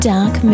Dark